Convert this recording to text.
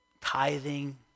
tithing